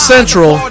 Central